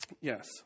Yes